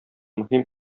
мөһим